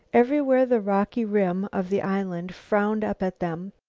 everywhere the rocky rim of the island frowned up at them,